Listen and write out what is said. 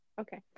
okay